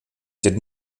did